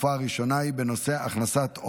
19